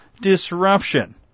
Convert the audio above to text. disruption